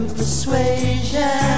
persuasion